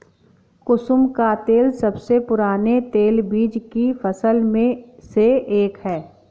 कुसुम का तेल सबसे पुराने तेलबीज की फसल में से एक है